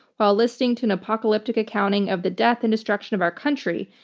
while listening to and apocalyptic accounting of the death and destruction of our country.